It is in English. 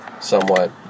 somewhat